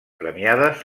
premiades